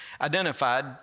identified